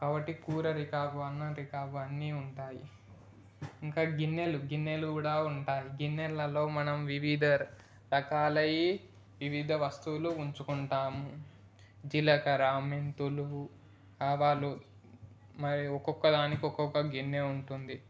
కాబట్టి కూర రిఖాబ్ అన్నం రిఖాబ్ అన్నీ ఉంటాయి ఇంకా గిన్నెలు గిన్నెలు కూడా ఉంటాయి గిన్నెలలో మనం వివిధ రకాలైన వివిధ వస్తువులు ఉంచుకుంటాము జీలకర్ర మెంతులు ఆవాలు మరియు ఒక్కొక్కదానికి ఒక్కొక్క గిన్నె ఉంటుంది